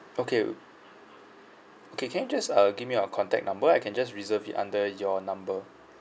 okay okay can you just uh give me your contact number I can just reserve it under your number